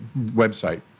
website